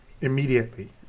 immediately